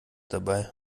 dabei